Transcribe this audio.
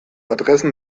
adressen